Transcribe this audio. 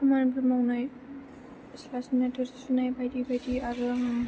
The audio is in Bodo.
खामानिफोर मावनाय सिथ्ला सिबनाय थोरसि सुनाय बायदि बायदि आरो आङो